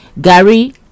Gary